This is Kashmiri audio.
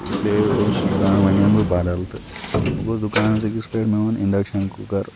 اِسلیے اوسُس بہٕ دَپان وۄنۍ اَنہٕ بہٕ بَدَل تہٕ بہٕ گوس دُکانَس أکِس پٮ۪ٹھ مےٚ اوٚن اِنڈَکشَن کُکَر